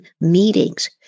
meetings